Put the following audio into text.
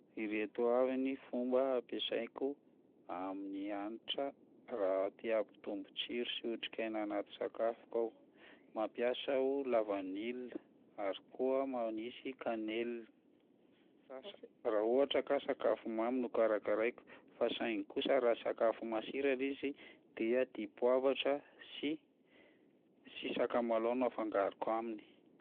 Ireto avy ny fomba ampiasaiko amin'ny hanitra raha te hampitombo tsiro sy otrikaina anaty sakafoko aho: mampiasa aho lavanila ary koa manisy kanelina raha ohatra ka sakafo mamy no karakaraiko fa saingy kosa raha sakafo masira lay izy dia dipoavatra sy- sy sakamalaho no afangaroko aminy.